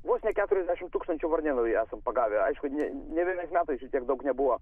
vos ne keturiasdešimt tūkstančių varnėnų esam pagavę aišku ne nė vienais metais šitiek daug nebuvo